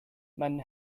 mein